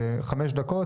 חמש דקות,